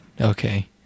Okay